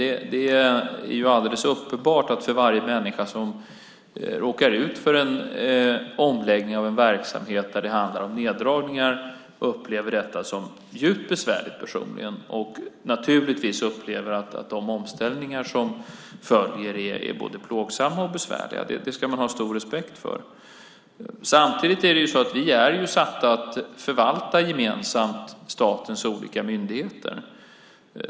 Det är alldeles uppenbart att varje människa som råkar ut för en omläggning av en verksamhet där det handlar om neddragningar upplever det som djupt besvärligt personligen och naturligtvis upplever att de omställningar som följer är både plågsamma och besvärliga. Det ska man ha stor respekt för. Samtidigt är vi satta att gemensamt förvalta statens olika myndigheter.